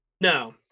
No